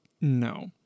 No